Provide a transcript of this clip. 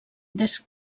des